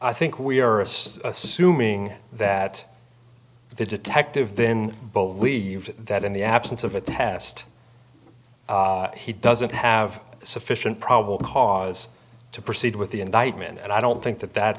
i think we are us assuming that the detective then both believed that in the absence of a test he doesn't have sufficient probable cause to proceed with the indictment and i don't think that that